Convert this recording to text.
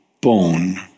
bone